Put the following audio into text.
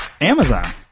Amazon